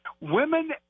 women